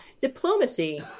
diplomacy